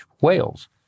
whales